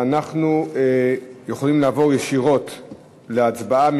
ואנחנו יכולים לעבור ישירות להצבעה.